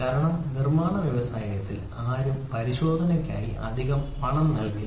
കാരണം നിർമ്മാണ വ്യവസായത്തിൽ ആരും പരിശോധനയ്ക്കായി അധിക പണം നൽകില്ല